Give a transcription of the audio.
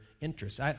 interests